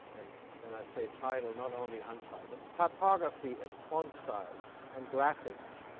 and when i say title, not only an title typography and font styles and graphics.